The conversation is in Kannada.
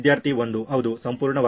ವಿದ್ಯಾರ್ಥಿ 1 ಹೌದು ಸಂಪೂರ್ಣವಾಗಿ